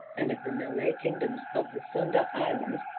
and of the malay kingdoms of the sunda islands,